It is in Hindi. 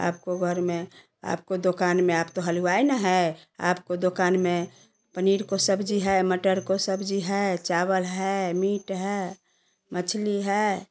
आपको घर में आपको दोकान में आप तो हलवाई न है आपको दुकान में पनीर को सब्जी है मटर को सब्जी है चावल है मीट है मछली है